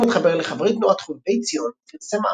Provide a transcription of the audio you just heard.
אז גם התחבר לחברי תנועת חובבי ציון ופרסם